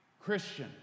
Christian